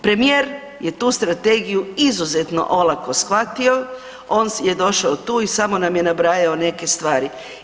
Premijer je tu strategiju izuzetno olako shvatio, on je došao tu i samo nam je nabrajao neke stvari.